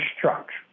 trucks